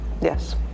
Yes